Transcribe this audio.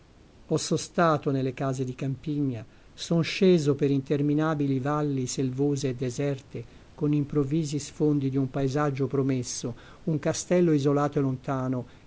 ho sostato nelle case di campigna son sceso per interminabili valli selvose e deserte con improvvisi sfondi di un paesaggio promesso un castello isolato e lontano